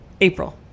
April